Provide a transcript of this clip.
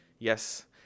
Yes